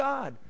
God